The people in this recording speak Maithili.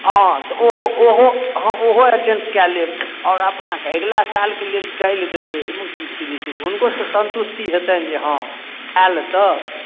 हॅं तऽ ओहो ओहो हॅं ओहो एटेण्ड कऽ लेब आओर अपना अगिला साल के लेल टाइल देबै एहिमे की छै जे छै से हुनको सभके सन्तुष्टि हेतनि जे हॅं आयल तऽ